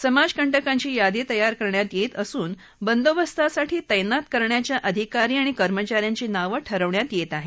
समाजकटकांची यादी तयार करण्यात येत असून बंदोबस्तासाठी तैनात करण्याच्या अधिकारी आणि कर्मचा यांची नावं ठरवण्यात येत आहेत